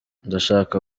ndashaka